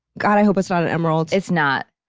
god, i hope it's not an emerald. it's not.